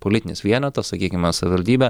politinis vienetas sakykime savivaldybė